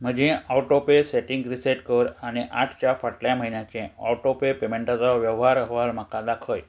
म्हजें autopay setting reset कर आनी आठच्या फाटल्या म्हयन्याचे ऑटोपे पेमेंटाचो वेव्हार अहवाल म्हाका दाखय